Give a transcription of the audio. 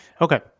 Okay